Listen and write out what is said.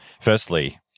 firstly